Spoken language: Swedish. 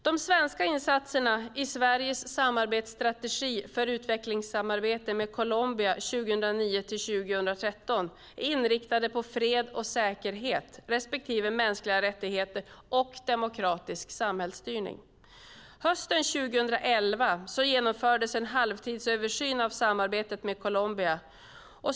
De svenska insatserna i Sveriges samarbetsstrategi för utvecklingssamarbete med Colombia 2009-2013 är inriktade på fred och säkerhet respektive mänskliga rättigheter och demokratisk samhällsstyrning. Hösten 2011 genomfördes en halvtidsöversyn av samarbetet med Colombia.